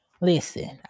Listen